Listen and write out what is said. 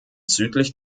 südlich